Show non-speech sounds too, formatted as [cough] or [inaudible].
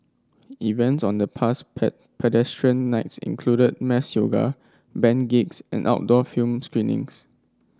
events on the past [unintelligible] Pedestrian Nights included mass yoga band gigs and outdoor film screenings